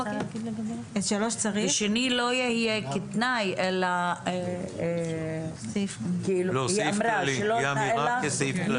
ו-(2) לא יהיה כתנאי אלא --- יהיה אמירה כסעיף כללי.